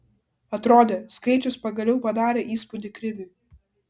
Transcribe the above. atrodė skaičius pagaliau padarė įspūdį kriviui